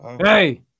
Hey